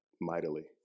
mightily